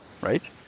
right